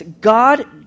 God